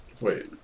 Wait